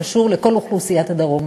זה קשור לכל אוכלוסיית הדרום,